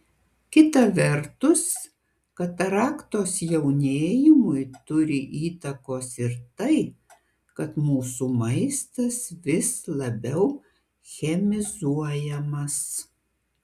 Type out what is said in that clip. kita vertus kataraktos jaunėjimui turi įtakos ir tai kad mūsų maistas vis labiau chemizuojamas